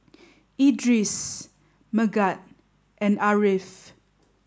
Idris Megat and Ariff